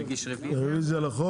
לא, אני מגיש רביזיה על החוק.